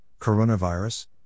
Coronavirus